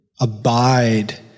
abide